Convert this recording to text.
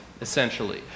essentially